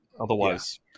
otherwise